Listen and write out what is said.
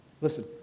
Listen